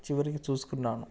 చివరికి చూసుకున్నాను